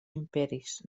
imperis